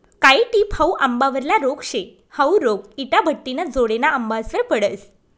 कायी टिप हाउ आंबावरला रोग शे, हाउ रोग इटाभट्टिना जोडेना आंबासवर पडस